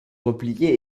replier